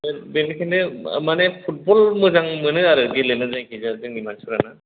बेनिखायनो मानि फुटबल मोजां मोनो आरो गेलेनो जायखि जाया जोंनि मानसिफ्रा आरोना